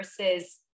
versus